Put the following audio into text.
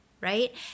right